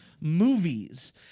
movies